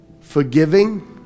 Forgiving